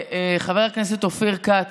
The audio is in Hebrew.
כץ,